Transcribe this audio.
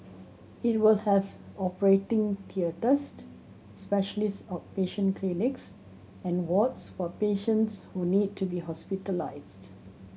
it will have operating theatres specialist outpatient clinics and wards for patients who need to be hospitalised